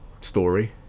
story